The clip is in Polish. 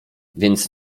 więc